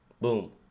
Boom